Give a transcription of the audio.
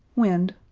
wind,